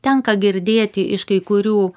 tenka girdėti iš kai kurių